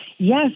Yes